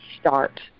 start